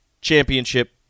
championship